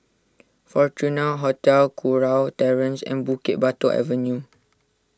Fortuna Hotel Kurau Terrace and Bukit Batok Avenue